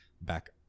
back